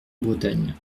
bretagne